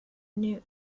new